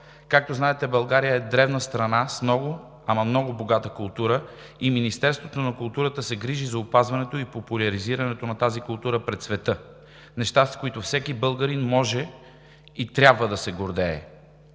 Както знаете, България е древна страна с много, ама много богата култура и Министерство на културата се грижи за опазването и популяризирането на тази култура пред света – неща, с които всеки българин може и трябва да се гордее!